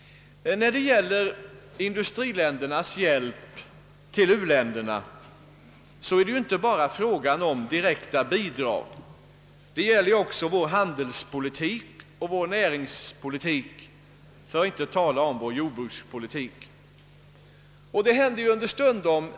När det gäller industriländernas hjälp till u-länderna är det inte bara fråga om direkta bidrag, utan det gäller också vår handelsoch näringspolitik, för att inte tala om vår jordbrukspolitik.